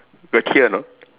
got hear or not